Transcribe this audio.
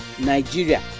Nigeria